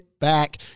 back